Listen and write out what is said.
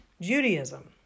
Judaism